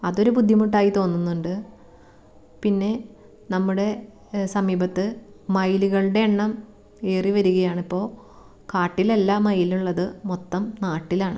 അതൊരു ബുദ്ധിമുട്ടായി തോന്നുന്നുണ്ട് പിന്നെ നമ്മുടെ സമീപത്ത് മയിലുകളുടെ എണ്ണം ഏറി വരികയാണ് ഇപ്പോൾ കാട്ടിലല്ല മയിലുള്ളത് മൊത്തം നാട്ടിലാണ്